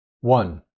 one